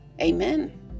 Amen